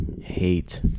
hate